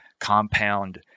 compound